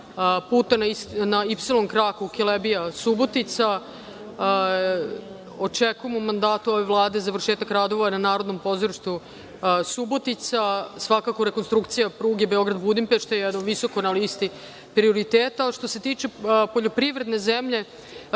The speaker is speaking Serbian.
puta na Y kraku Kelebija-Subotica. Očekujem u mandatu ove Vlade završetak radova na Narodnom pozorištu Subotica. Svakako rekonstrukcija pruge Beograd-Budimpešta jer je visoko na listi prioriteta. Što se tiče poljoprivredne zemlje